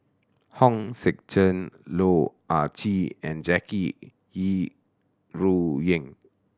Hong Sek Chern Loh Ah Chee and Jackie Yi Ru Ying